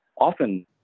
often